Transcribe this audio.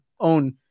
own